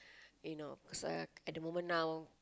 you know because uh at the moment now